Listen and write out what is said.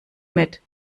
mit